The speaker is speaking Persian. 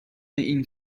این